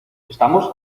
estamos